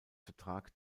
vertrag